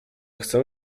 chcę